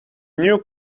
new